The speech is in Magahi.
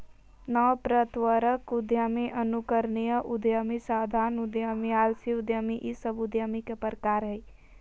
नवप्रवर्तक उद्यमी, अनुकरणीय उद्यमी, सावधान उद्यमी, आलसी उद्यमी इ सब उद्यमिता के प्रकार हइ